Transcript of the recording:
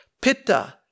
Pitta